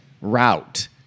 Route